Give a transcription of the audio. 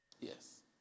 Yes